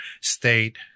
State